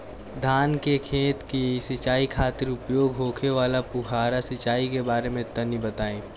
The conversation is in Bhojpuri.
धान के खेत की सिंचाई खातिर उपयोग होखे वाला फुहारा सिंचाई के बारे में तनि बताई?